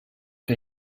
que